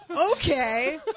Okay